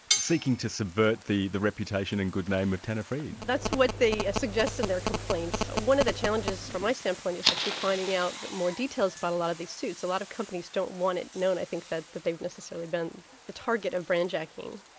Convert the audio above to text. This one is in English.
seeking to subvert the the reputation and good name of tanner friedman. that's what they suggest in their complaint. one of the challenges from my standpoint is actually finding out more details but a lot of these suits. a lot of companies don't want it known, i think that that they've necessarily been the target of brandjacking.